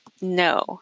no